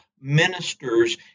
ministers